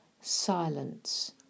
silence